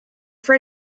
for